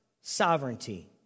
sovereignty